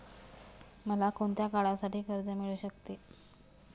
मला कोणत्या काळासाठी कर्ज मिळू शकते?